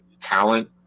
talent